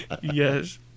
yes